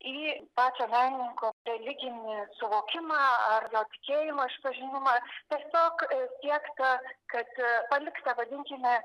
į pačio menininko religinį suvokimą ar na tikėjimo išpažinimą tiesiog siekta kad palikta vadinkime